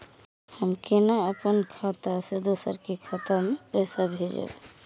हम केना अपन खाता से दोसर के खाता में पैसा भेजब?